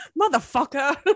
motherfucker